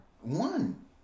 One